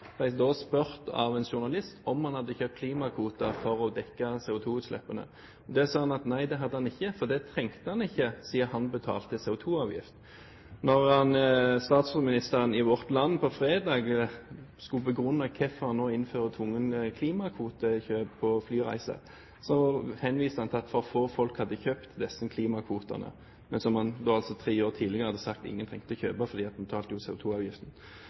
ble da spurt av en journalist om han hadde kjøpt klimakvoter for å dekke CO2-utslippene. Til det sa han at nei, det hadde han ikke, for det trengte han ikke siden han betalte CO2-avgift. Da statsministeren i Vårt Land på fredag skulle begrunne hvorfor en nå innfører tvungent klimakvotekjøp på flyreiser, henviste han til at for få folk hadde kjøpt disse klimakvotene – men som han da tre år tidligere hadde sagt at ingen trengte å kjøpe fordi en betalte jo